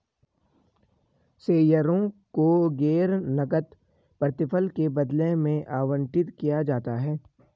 शेयरों को गैर नकद प्रतिफल के बदले में आवंटित किया जाता है